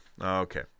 Okay